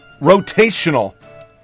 rotational